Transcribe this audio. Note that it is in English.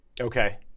Okay